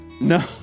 No